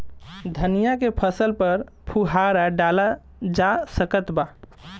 धनिया के फसल पर फुहारा डाला जा सकत बा?